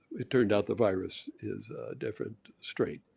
it turned out the virus is a different strain.